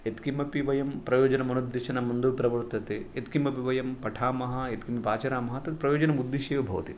यत्किमपि वयं प्रयोजनमनुद्दिश्य न मन्दोपि प्रवर्तते यत्किमपि वयं पठामः यत्किमपि आचरामः तत् प्रयोजनमुद्दिश्य एव भवति